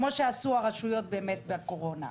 כמו שעשו הרשויות בקורונה,